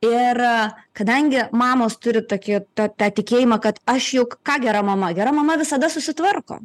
ir kadangi mamos turi tokį tą tą tikėjimą kad aš juk ką gera mama gera mama visada susitvarko